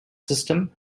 system